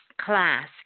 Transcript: class